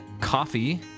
coffee